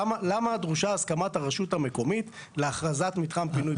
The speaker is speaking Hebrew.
למה דרושה הסכמת הרשות המקומית להכרזת מתחם פינוי בינוי.